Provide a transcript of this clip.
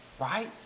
right